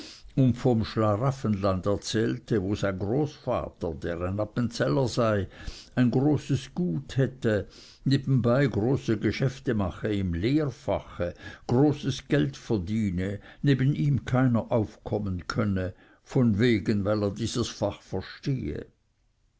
vom schlaraffenland erzählte wo sein großvater der ein appenzeller sei ein großes gut hätte nebenbei große geschäfte mache im lehrfache großes geld verdiene neben ihm keiner aufkommen könne von wegen weil er dieses fach verstehe